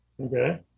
Okay